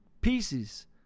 pieces